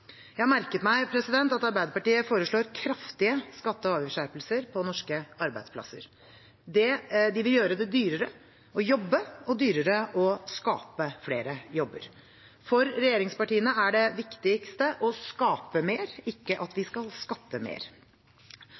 Jeg har merket meg at Arbeiderpartiet foreslår kraftige skatte- og avgiftsskjerpelser på norske arbeidsplasser. De vil gjøre det dyrere å jobbe og dyrere å skape flere jobber. For regjeringspartiene er det viktigste å skape mer, ikke at vi skal skatte mer.